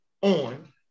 on